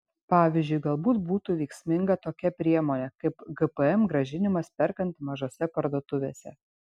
pavyzdžiui galbūt būtų veiksminga tokia priemonė kaip gpm grąžinimas perkant mažose parduotuvėse